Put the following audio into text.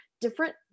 Different